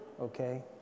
okay